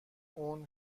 اون